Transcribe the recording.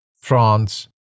France